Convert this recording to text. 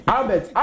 Albert